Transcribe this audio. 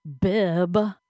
bib